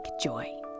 joy